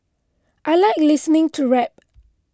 I like listening to rap